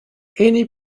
any